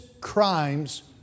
crimes